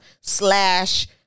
slash